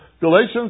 Galatians